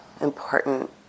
important